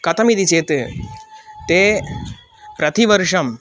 कथमिति चेत् ते प्रतिवर्षं